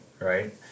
right